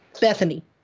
Bethany